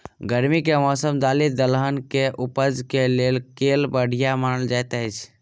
गर्मी केँ मौसम दालि दलहन केँ उपज केँ लेल केल बढ़िया मानल जाइत अछि?